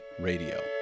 radio